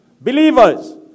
Believers